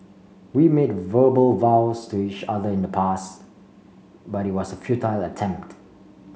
we made verbal vows to each other in the past but it was a futile attempt